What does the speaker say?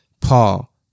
Paul